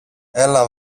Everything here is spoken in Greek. έλα